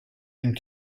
and